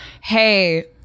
hey